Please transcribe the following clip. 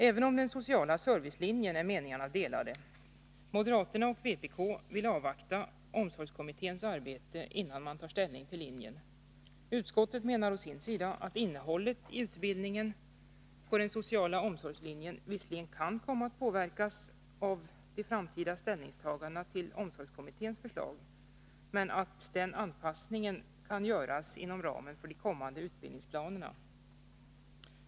Även om den sociala servicelinjen är meningarna delade. Moderaterna och vpk vill avvakta omsorgskommitténs arbete, innan man tar ställning till linjen. Utskottet menar å sin sida att innehållet i utbildningen på den sociala omsorgslinjen visserligen kan komma att påverkas av de framtida ställningstagandena till omsorgskommitténs förslag, men att den anpassningen kan göras inom ramen för den kommande utbildningsplanen.